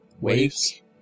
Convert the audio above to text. waves